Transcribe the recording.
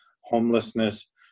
homelessness